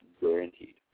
Guaranteed